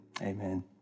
amen